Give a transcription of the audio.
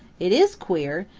it is queer,